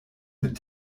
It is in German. mit